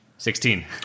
Sixteen